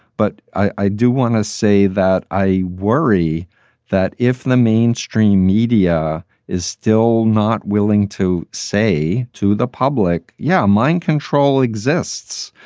but i do want to say that i worry that if the mainstream media is still not willing to say to the public. yeah. mind control exists.